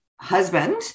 husband